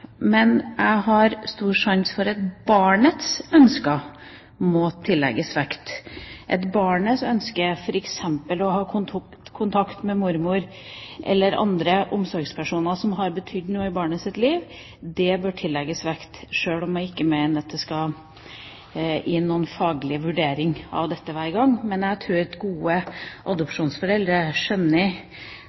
at barnets ønsker må tillegges vekt, f.eks. at barnets ønske om å ha kontakt med mormor eller andre omsorgspersoner som har betydd noe i barnets liv, bør tillegges vekt, sjøl om jeg ikke mener at det skal inn noen faglig vurdering hver gang. Men jeg tror at gode adopsjonsforeldre skjønner